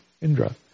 Indra